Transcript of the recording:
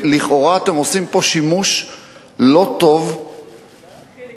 לכאורה אתם עושים פה שימוש לא טוב במשהו